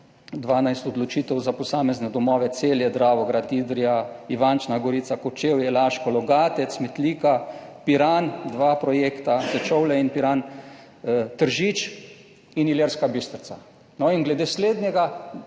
12 odločitev za posamezne domove Celje, Dravograd, Idrija, Ivančna Gorica, Kočevje, Laško, Logatec, Metlika, Piran, dva projekta, Sečovlje in Piran, Tržič in Ilirska Bistrica. No, in glede slednjega,